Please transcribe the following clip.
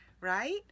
right